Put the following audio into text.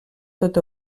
tot